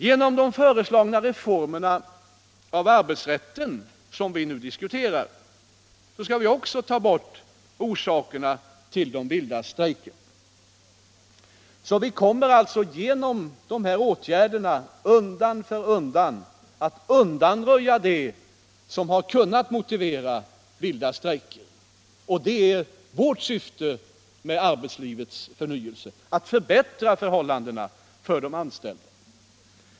Genom de föreslagna reformerna av arbetsrätten, som vi nu diskuterar, skall vi också ta bort orsakerna till de vilda strejkerna. Vi kommer alltså genom dessa åtgärder undan för undan att undanröja det som kunnat motivera vilda strejker. Det är vårt syfte med arbetslivets förnyelse, att förbättra förhållandena för de anställda.